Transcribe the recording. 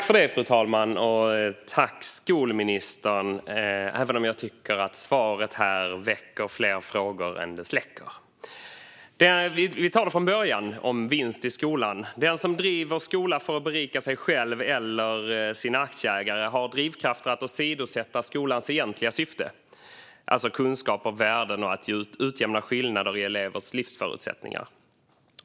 Fru talman! Jag tackar skolministern för svaret, även om jag tycker att svaret väcker fler frågor än det släcker. Jag börjar från början när det gäller vinst i skolan. Den som driver skola för att berika sig själv eller sina aktieägare har drivkrafter att åsidosätta skolans egentliga syfte, alltså kunskap och värden och att utjämna skillnader i elevers livsförutsättningar.